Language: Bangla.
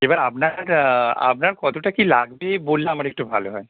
এবার আপনার আপনার কতটা কী লাগবে বললে আমার একটু ভালো হয়